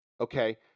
Okay